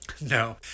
No